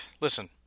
listen